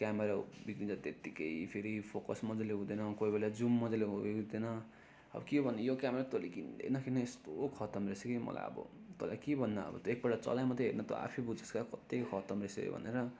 camera बिग्रिन्छ त्यत्तिकै फेरि फोकस मजाले हुँदैन कोही बेला जुम मजाले हुँदैन अब के गर्नु यो क्यामेरा तैँले किन्दै नकिन् है यस्तो खत्तम रहेछ कि मलाई अब तँलाई के भन्नु अब तँ एकपल्ट चलाइ मात्रै हेर् न तँ आफै बुझ्छस् क्या कत्ति खत्तम रहेछ यो भनेर